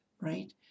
right